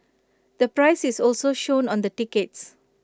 the price is also shown on the tickets